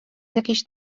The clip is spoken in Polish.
jakiś